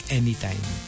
anytime